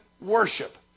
worship